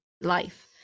life